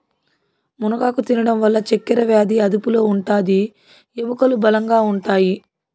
మునగాకు తినడం వల్ల చక్కరవ్యాది అదుపులో ఉంటాది, ఎముకలు బలంగా ఉంటాయి